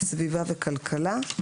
סביבה וכלכלה.